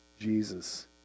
Jesus